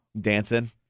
Dancing